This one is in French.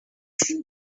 quel